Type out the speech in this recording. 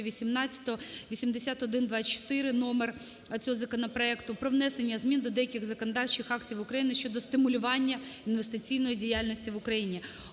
(8124), номер цього законопроекту. "Про внесення змін до деяких законодавчих актів України щодо стимулювання інвестиційної діяльності в Україні".